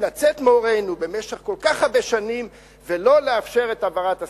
לצאת מעורנו בגללם במשך כל כך הרבה שנים ולא לאפשר את העברת השדה.